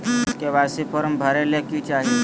KYC form भरे ले कि चाही?